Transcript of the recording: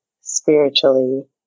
spiritually